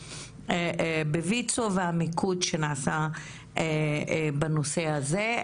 בויצ"ו ועל המיקוד שנעשה בנושא הזה.